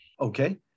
Okay